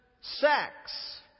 sex